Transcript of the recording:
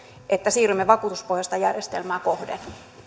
että siirrymme vakuutuspohjaista järjestelmää kohden